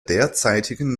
derzeitigen